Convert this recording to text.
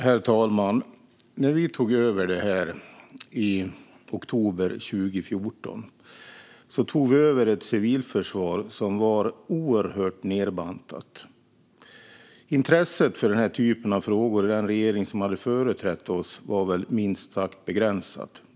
Herr talman! När vi tog över detta i oktober 2014 tog vi över ett civilförsvar som var oerhört nedbantat. Intresset för den här typen av frågor i den regering som hade företrätt oss var väl minst sagt begränsat.